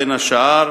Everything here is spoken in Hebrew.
בין השאר,